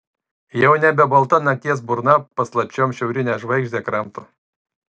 jau nebe balta nakties burna paslapčiom šiaurinę žvaigždę kramto